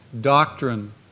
doctrine